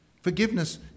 Forgiveness